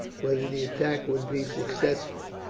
whether the attack would be successful.